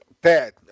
bad